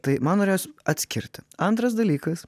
tai man norėjos atskirti antras dalykas